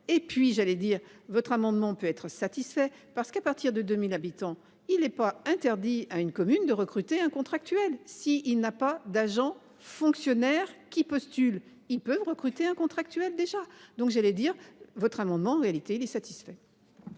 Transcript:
et puis j'allais dire votre amendement peut être satisfait. Parce qu'à partir de 2000 habitants, il est pas interdit à une commune de recruter un contractuel, si il n'a pas d'agents, fonctionnaires qui postule ils peuvent recruter un contractuel déjà donc j'allais dire votre amendement réalité les satisfait.